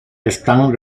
están